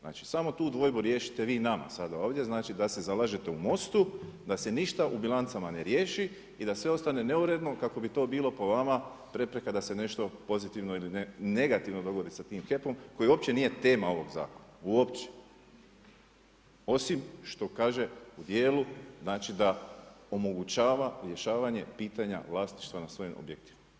Znači samo tu dvojbu riješite vi nama sada ovdje znači da se zalažete u MOST-u da se ništa u bilancama ne riješi i da sve ostane neuredno kako bi to bilo po vama prepreka da se nešto pozitivno ili negativno dogodi sa tim HEP-om koji uopće nije tema ovog zakona, uopće osim što kaže u dijelu znači da omogućava rješavanje pitanja vlasništva nad svojim objektima.